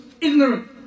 ignorant